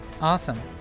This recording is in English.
Awesome